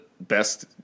best